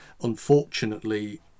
Unfortunately